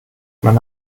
man